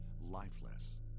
lifeless